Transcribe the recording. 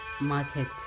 market